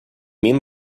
mean